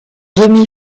demi